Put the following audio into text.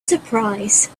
surprise